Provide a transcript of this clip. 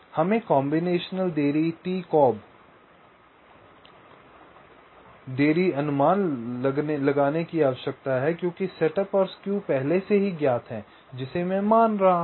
हमें कॉम्बिनेशन देरी t comb देरी अनुमान लगाने की आवश्यकता है क्योंकि सेटअप और स्क्यू पहले से ही ज्ञात है जिसे मैं मान रहा हूं